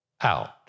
out